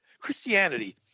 Christianity